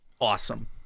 awesome